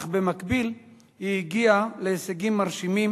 אך במקביל היא הגיעה להישגים מרשימים